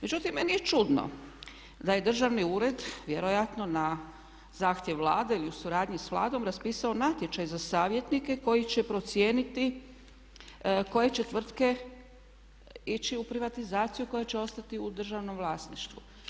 Međutim, meni je čudno da je državni ured, vjerojatno na zahtjev Vlade ili u suradnji sa Vladom raspisao natječaj za savjetnike koji će procijeniti koje će tvrtke ići u privatizaciju koja će ostati u državnom vlasništvu.